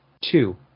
two